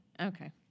Okay